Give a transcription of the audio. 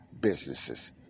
businesses